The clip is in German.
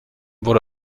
wurde